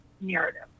narrative